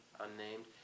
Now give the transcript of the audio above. unnamed